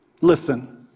Listen